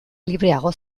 libreago